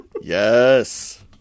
Yes